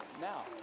now